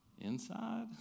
inside